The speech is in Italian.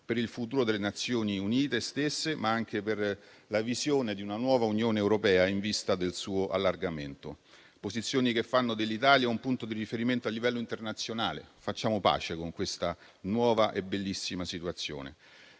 per il futuro delle Nazioni Unite stesse, ma anche per la visione di una nuova Unione europea in vista del suo allargamento. Sono posizioni che fanno dell'Italia un punto di riferimento a livello internazionale. Facciamo pace con questa nuova e bellissima situazione.